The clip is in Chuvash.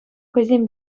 хӑйсем